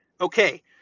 Okay